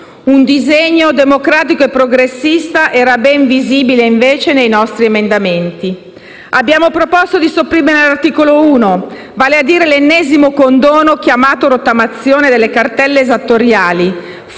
Un disegno democratico e progressista era ben visibile, invece, nei nostri emendamenti. Abbiamo proposto di sopprimere l'articolo 1, vale a dire l'ennesimo condono chiamato rottamazione delle cartelle esattoriali,